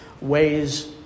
ways